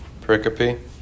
pericope